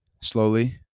slowly